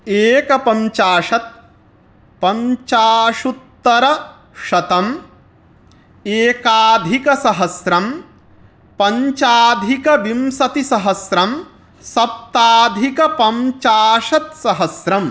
एकपञ्चाशत् पञ्चाशदुत्तरशतं एकाधिकसहस्रं पञ्चाधिकविंशतिसहस्रं सप्ताधिकपञ्चाशत् सहस्रं